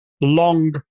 long